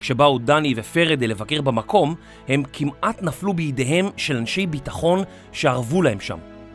כשבאו דני ופרדה לבקר במקום, הם כמעט נפלו בידיהם של אנשי ביטחון שערבו להם שם.